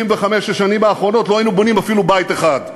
ב-65 השנים האחרונות לא היינו בונים אפילו בית אחד,